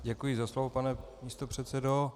Děkuji za slovo, pane místopředsedo.